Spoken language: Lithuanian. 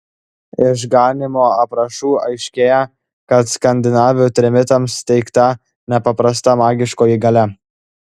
iš ganymo aprašų aiškėja kad skandinavių trimitams teikta nepaprasta magiškoji galia